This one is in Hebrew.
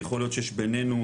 יכול להיות שיש ביננו,